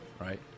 right